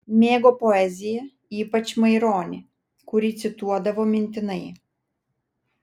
mėgo poeziją ypač maironį kurį cituodavo mintinai